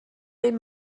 این